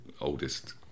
oldest